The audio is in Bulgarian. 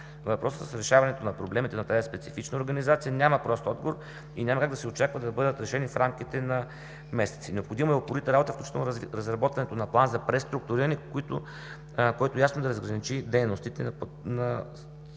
въпроса за решаването на проблемите на тази специфична организация няма прост отговор и няма как да се очаква да бъдат решени в рамките на месеци. Необходимо е упорита работа, включително разработването на план за преструктуриране, който ясно да разграничи дейностите на подчинените